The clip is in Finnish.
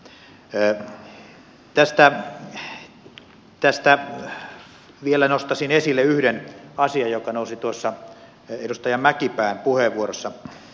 tästä vielä nostaisin esille yhden asian joka nousi tuossa edustaja mäkipään puheenvuorossa